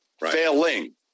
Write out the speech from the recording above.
failing